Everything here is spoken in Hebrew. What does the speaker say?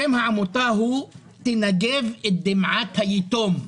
שם העמותה הוא: נגב את דמעת היתום,